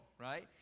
right